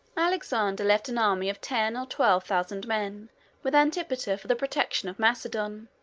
alexander left an army of ten or twelve thousand men with antipater for the protection of macedon.